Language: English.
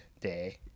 day